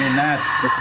that's.